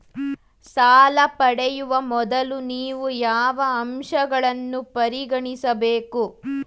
ಸಾಲ ಪಡೆಯುವ ಮೊದಲು ನೀವು ಯಾವ ಅಂಶಗಳನ್ನು ಪರಿಗಣಿಸಬೇಕು?